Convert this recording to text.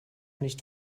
nicht